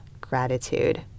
gratitude